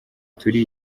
turi